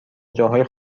جاهای